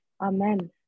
amen